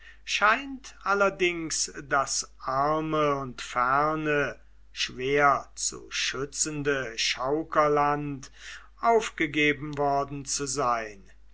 scheint allerdings das arme und ferne schwer zu schützende chaukerland aufgegeben worden zu sein